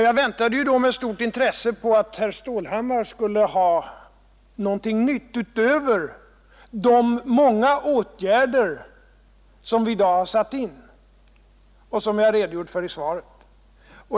Jag väntade med stort intresse på att herr Stålhammar skulle ha någonting nytt att föreslå utöver de många åtgärder som vi har satt in och som jag har redogjort för i svaret.